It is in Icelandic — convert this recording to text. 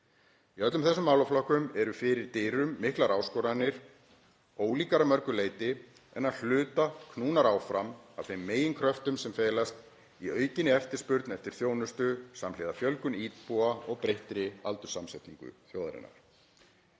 Í öllum þessu málaflokkum eru fyrir dyrum miklar áskoranir, ólíkar að mörgu leyti en að hluta knúnar áfram af þeim meginkröftum sem felast aukinni eftirspurn eftir þjónustu samhliða fjölgun íbúa og breyttri aldurssamsetningu þjóðarinnar.